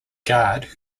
guard